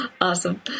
Awesome